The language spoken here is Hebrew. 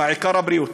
העיקר הבריאות.